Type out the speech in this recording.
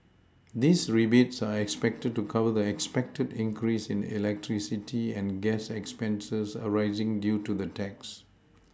these rebates are expected to cover the expected increase in electricity and gas expenses arising due to the tax